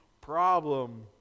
problem